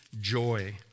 joy